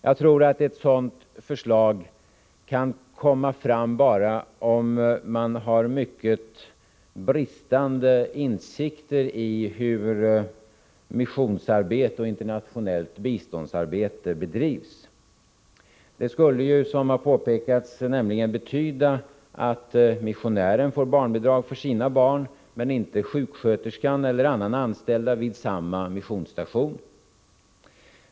Jag tror att ett sådant förslag kan komma fram bara om man har mycket bristande insikter i hur missionsarbete och internationellt biståndsarbete bedrivs. Det skulle nämligen, som här påpekats, betyda att missionären får barnbidrag för sina barn men inte sjuksköterskan eller andra anställda vid samma missionsstation.